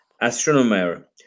Astronomer